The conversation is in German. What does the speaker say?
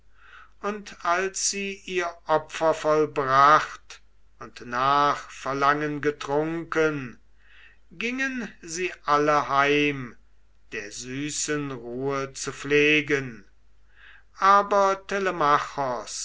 schilde als sie ihr opfer vollbracht und nach verlangen getrunken gingen sie alle heim der süßen ruhe zu pflegen aber